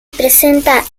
presenta